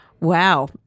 Wow